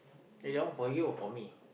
eh that one for you or for me